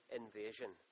invasion